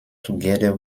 together